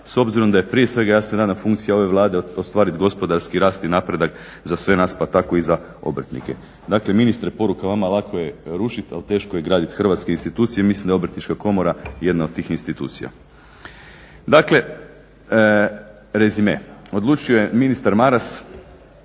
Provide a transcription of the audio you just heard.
s obzirom da je prije svega, ja se nadam funkcija ove Vlade ostvarit gospodarski rast i napredak za sve nas, pa tako i za obrtnike. Dakle, ministre, poruka vama lako je rušiti, ali teško je graditi hrvatske institucije. Mislim da je Obrtnička komora jedna od tih institucija. Dakle, rezime. Odlučio je ministar Maras